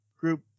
group